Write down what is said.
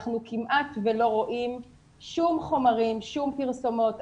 אנחנו כמעט שלא רואים שום חומרים, שום פרסומות.